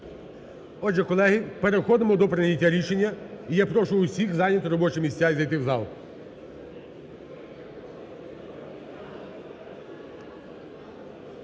Отже, колеги, переходимо до прийняття рішення, і я прошу усіх зайняти робочі місця і зайти в зал.